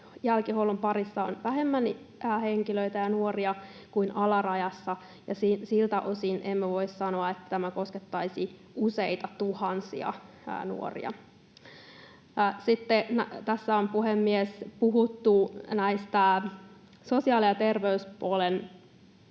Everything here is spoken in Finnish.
jälkihuollon parissa on vähemmän henkilöitä ja nuoria kuin alarajassa, ja siltä osin emme voi sanoa, että tämä koskettaisi useita tuhansia nuoria. Sitten tässä on, puhemies, puhuttu sosiaali- ja terveyspuolen